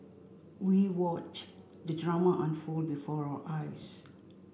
we watched the drama unfold before our eyes